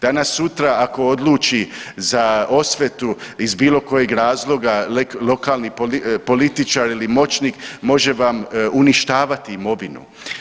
Danas sutra ako odluči za osvetu iz bilo kojeg razloga lokalni političar ili moćnik može vam uništavat imovinu.